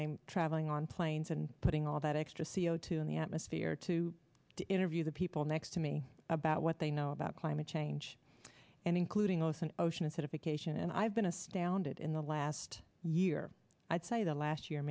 i'm traveling on planes and putting all that extra c o two in the atmosphere to interview the people next to me about what they know about climate change and including most an ocean acidification and i've been astounded in the last year i'd say the last year